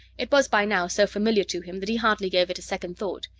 it was, by now, so familiar to him that he hardly gave it a second thought,